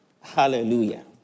Hallelujah